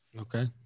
okay